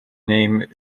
name